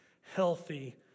healthy